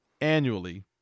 annually